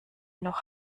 noch